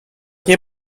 nie